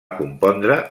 compondre